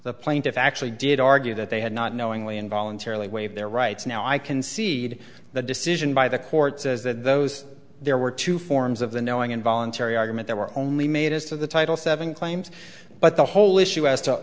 the plaintiff actually did argue that they had not knowingly and voluntarily waived their rights now i can see that the decision by the court says that those there were two forms of the knowing involuntary argument there were only made as to the title seven claims but the whole issue as to